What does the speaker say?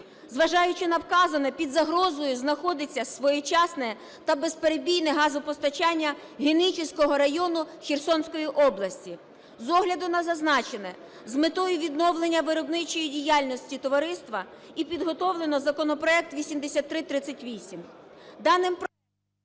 Зважаючи на вказане, під загрозою знаходиться своєчасне та безперебійне газопостачання Генічеського району Херсонської області. З огляду на зазначене, з метою відновлення виробничої діяльності товариства і підготовлено законопроект 8338.